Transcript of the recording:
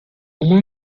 uma